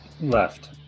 Left